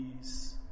peace